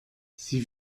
sie